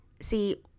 See